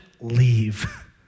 leave